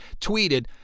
tweeted